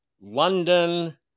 London